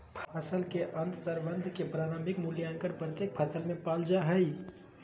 फसल के अंतर्संबंध के प्रारंभिक मूल्यांकन प्रत्येक फसल में पाल जा हइ